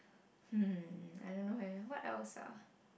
hmm I don't know eh what else ah